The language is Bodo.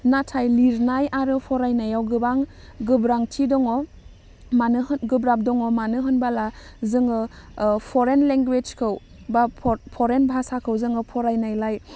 नाथाइ लिरनाय आरो फरायनायाव गोबां गोब्रांथि दङ मानो होन गोब्राब दङ मानो होनबाला जोङो ओह फरेन लेंगुएसखौ बा परेन भासाखौ जोङो फरायनायलाय